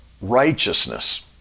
righteousness